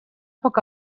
poc